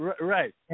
Right